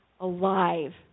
alive